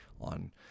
on